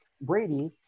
brady